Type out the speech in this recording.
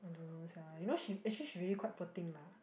I don't know sia you know she actually she really quite poor thing lah